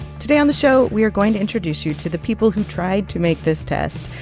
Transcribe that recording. today on the show, we are going to introduce you to the people who tried to make this test,